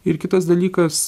ir kitas dalykas